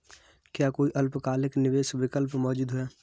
क्या कोई अल्पकालिक निवेश विकल्प मौजूद है?